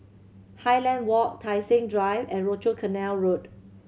Highland Walk Tai Seng Drive and Rochor Canal Road